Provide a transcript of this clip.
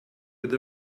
with